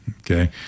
Okay